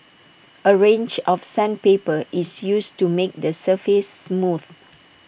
A range of sandpaper is used to make the surface smooth